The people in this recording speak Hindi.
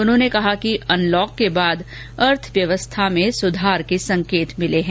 उन्होंने कहा कि अनलॉक के बाद अर्थव्यवस्था में सुधार के संकेत मिले हैं